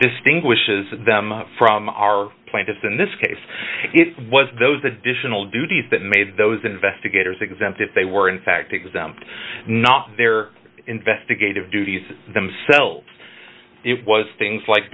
distinguishes them from our plaintiffs in this case it was those additional duties that made those investigators exempt if they were in fact exempt not their investigative duties themselves it was things like